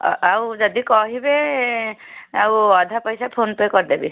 ଆଉ ଯଦି କହିବେ ଆଉ ଅଧା ପଇସା ଫୋନ୍ ପେ କରିଦେବି